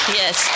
yes